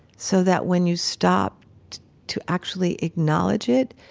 so that when you stop to actually acknowledge it,